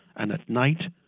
and at night,